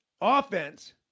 offense –